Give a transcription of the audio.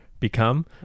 become